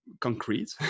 concrete